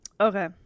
Okay